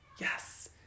yes